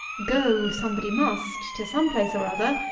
go, somebody must, to some place or other,